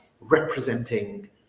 representing